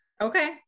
Okay